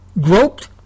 groped